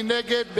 מי נגד?